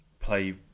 play